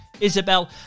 Isabel